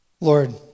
Lord